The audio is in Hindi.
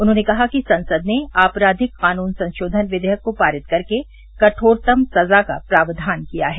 उन्होंने कहा कि संसद ने आपराधिक कानून संशोधन विषेयक को पारित कर के कठोरतम सजा का प्रावधान किया है